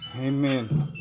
Amen